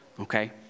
Okay